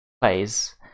plays